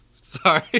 Sorry